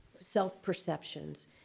self-perceptions